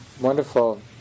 wonderful